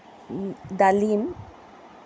ডালিম